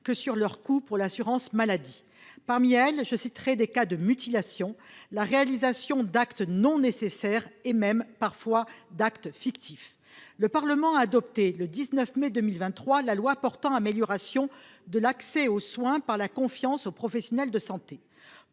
que sur leur coût pour l’assurance maladie. Parmi elles, je citerai des cas de mutilation et la réalisation d’actes non nécessaires et même, parfois, fictifs. Le Parlement a adopté la loi du 19 mai 2023 portant amélioration de l’accès aux soins par la confiance aux professionnels de santé.